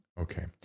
Okay